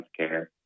healthcare